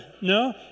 No